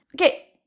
Okay